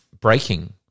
breaking